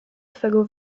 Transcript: twego